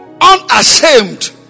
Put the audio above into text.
unashamed